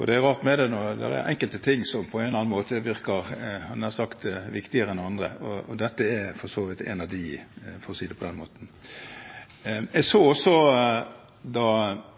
Det er rart med det – det er enkelte ting som på en eller annen måte virker nær sagt viktigere enn andre, og dette er en av dem, for å si det på den måten. Jeg så også, da